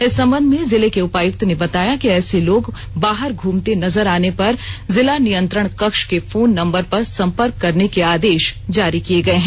इस संबंध में जिले के उपायुक्त ने बताया कि ऐसे लोग बाहर घूमते नजर आने पर जिला नियंत्रण कक्ष के फोन नंबर पर संपर्क करने के आदेश जारी किए गए हैं